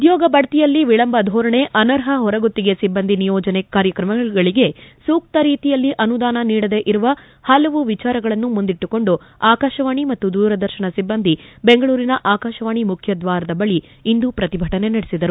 ಉದ್ಯೋಗ ಬಡ್ತಿಯಲ್ಲಿ ವಿಳಂಬಧೋರಣೆ ಅನರ್ಹ ಹೊರಗುತ್ತಿಗೆ ಸಿಬ್ಬಂದಿ ನಿಯೋಜನೆ ಕಾರ್ಯಕ್ರಮಗಳಿಗೆ ಸೂಕ್ತ ರೀತಿಯಲ್ಲಿ ಅನುದಾನ ನೀಡದೆ ಇರುವ ಪಲವು ವಿಚಾರಗಳನ್ನು ಮುಂದಿಟ್ಟುಕೊಂಡು ಆಕಾಶವಾಣಿ ಮತ್ತು ದೂರದರ್ಶನ ಸಿಬ್ಲಂದಿ ಬೆಂಗಳೂರಿನ ಆಕಾಶವಾಣಿ ಮುಖ್ಯದ್ವಾರದ ಬಳಿ ಇಂದು ಪ್ರತಿಭಟನೆ ನಡೆಸಿದರು